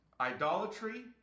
idolatry